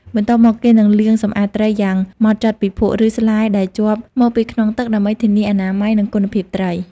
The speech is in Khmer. បន្ទាប់មក គេនឹងលាងសម្អាតត្រីយ៉ាងហ្មត់ចត់ពីភក់ ឬស្លែដែលជាប់មកពីក្នុងទឹក ដើម្បីធានាអនាម័យ និងគុណភាពត្រី។